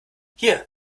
hier